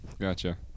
gotcha